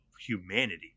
humanity